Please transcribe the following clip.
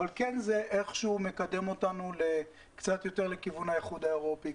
אבל כן זה איכשהו מקדם אותנו קצת יותר לכיוון האיחוד האירופי,